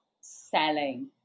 selling